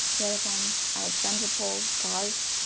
yerevan, alexandropol, kars,